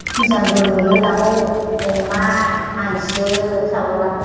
मोजांबो नुयो दाउ अमा हांसो इदि थाबोला